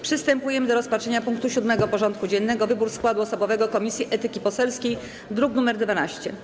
Przystępujemy do rozpatrzenia punktu 7. porządku dziennego: Wybór składu osobowego Komisji Etyki Poselskiej (druk nr 12)